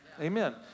Amen